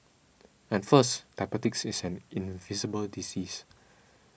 at first diabetes is an invisible disease